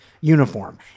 uniform